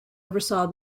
oversaw